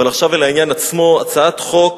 אבל עכשיו אל העניין עצמו: הצעת חוק